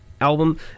album